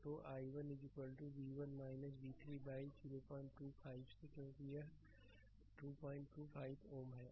तो i1 v1 v3 by 025 से क्योंकि यह 225 Ω है